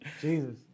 Jesus